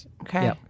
Okay